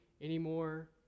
anymore